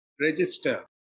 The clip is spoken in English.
register